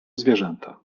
zwierzęta